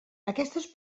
aquestes